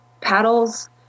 paddles